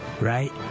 Right